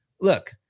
look